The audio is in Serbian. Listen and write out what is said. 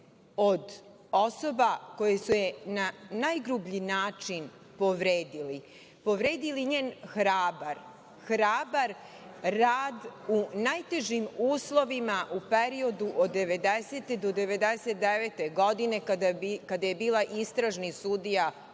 od osoba koje su na najgrublji način povredile, povredile njen hrabar rad u najtežim uslovima u periodu od 1990. do 1999. godine kada je bila istražni sudija